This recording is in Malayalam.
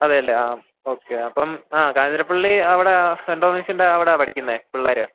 അതെയല്ലേ ആ ഓക്കേ അപ്പം ആ കാഞ്ഞിരപള്ളി അവിടെ സെൻ്റ് തോമസിൻ്റെ അവിടെയാണ് പഠിക്കുന്നത് പിള്ളേർ